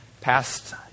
past